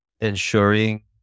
ensuring